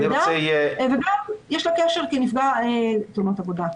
וגם יש לו קשר לנפגע תאונות העבודה.